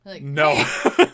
No